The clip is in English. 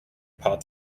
part